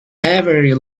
every